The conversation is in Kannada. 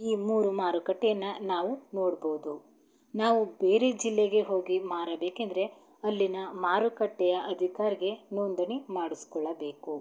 ಈ ಮೂರು ಮಾರುಕಟ್ಟೆಯನ್ನು ನಾವು ನೋಡ್ಬೋದು ನಾವು ಬೇರೆ ಜಿಲ್ಲೆಗೆ ಹೋಗಿ ಮಾರಬೇಕೆಂದರೆ ಅಲ್ಲಿಯ ಮಾರುಕಟ್ಟೆಯ ಅಧಿಕಾರಿಗೆ ನೋಂದಣಿ ಮಾಡಿಸಿಕೊಳ್ಳಬೇಕು